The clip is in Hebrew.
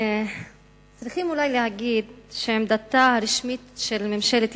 צריכים אולי להגיד שעמדתה הרשמית של ממשלת